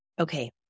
okay